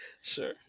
Sure